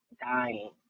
dying